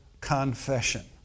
confession